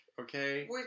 okay